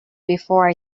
before